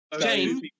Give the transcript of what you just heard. James